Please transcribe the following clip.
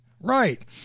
Right